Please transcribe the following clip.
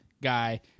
Guy